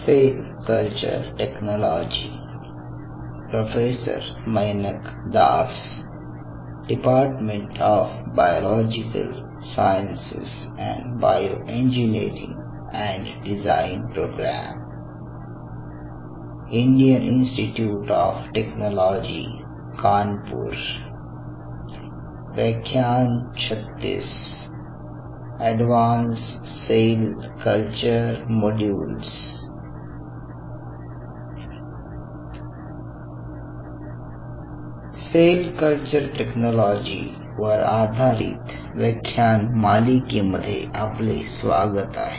cell culture technology वर आधारित व्याख्यान मालिकेमध्ये आपले स्वागत आहे